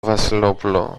βασιλόπουλο